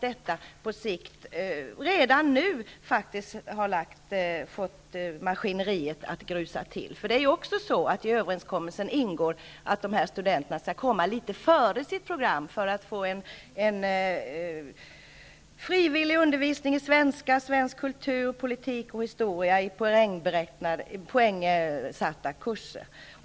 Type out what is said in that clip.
Detta har redan nu fått maskineriet att grusa igen. Det ingår också i överenskommelsen att dessa studenter skall komma litet före sitt program för att få en frivillig undervisning i svenska, svensk kultur, politik och historia i poängsatta kurser.